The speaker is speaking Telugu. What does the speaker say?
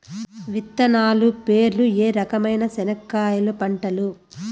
విత్తనాలు పేర్లు ఏ రకమైన చెనక్కాయలు పంటలు?